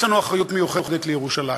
יש לנו אחריות מיוחדת לירושלים.